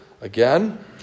again